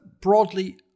broadly